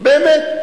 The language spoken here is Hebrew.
באמת,